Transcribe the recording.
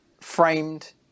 framed